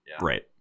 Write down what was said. Right